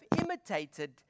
imitated